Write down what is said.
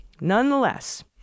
Nonetheless